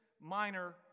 minor